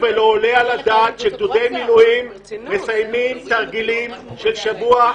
לא עולה על הדעת שגדודי מילואים מסיימים תרגילים של שבוע,